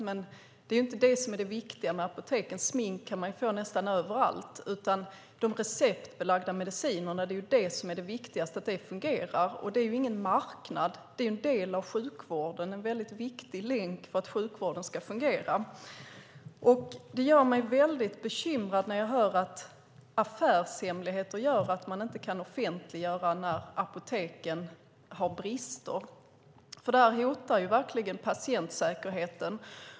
Det är dock inte det som är det viktiga med apoteken - smink kan man få nästan överallt - utan det viktiga är att det fungerar med de receptbelagda medicinerna. Det är ingen marknad, det är en del av sjukvården. Det är en väldigt viktig länk för att sjukvården ska fungera. Det gör mig väldigt bekymrad när jag hör att affärshemligheter gör att man inte kan offentliggöra när apoteken har brister. Det hotar verkligen patientsäkerheten.